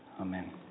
Amen